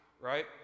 right